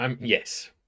Yes